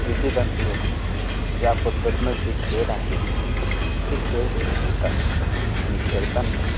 विटीदांडू असेल ज्या पध्दतीनं जे खेळ आहेत ते खेळ ते खेळतात आणि खेळताना